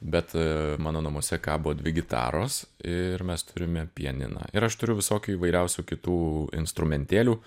bet mano namuose kabo dvi gitaros ir mes turime pianiną ir aš turiu visokių įvairiausių kitų instrumentėlių